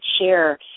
share